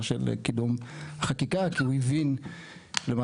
של קידום חקיקה כי הוא הבין למעשה,